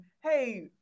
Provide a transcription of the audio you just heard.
hey